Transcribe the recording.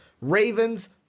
Ravens